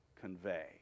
convey